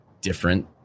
different